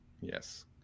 Yes